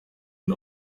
and